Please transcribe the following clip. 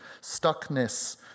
stuckness